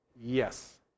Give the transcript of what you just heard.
yes